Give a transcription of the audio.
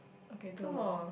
okay two more